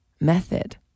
method